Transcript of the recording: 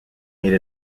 made